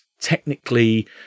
technically